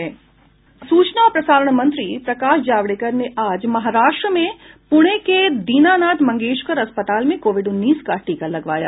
सूचना और प्रसारण मंत्री प्रकाश जावडेकर ने आज महाराष्ट्र में पुणे के दीनानाथ मंगेशकर अस्पताल में कोविड उन्नीस का टीका लगवाया